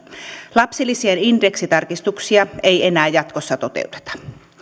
lapsilisien indeksitarkistuksia ei enää jatkossa toteuteta